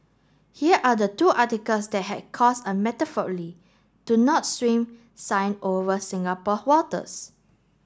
here are the two articles that has cast a do not swim sign over Singapore waters